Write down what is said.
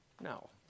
No